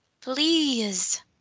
Please